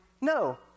No